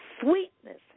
sweetness